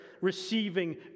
receiving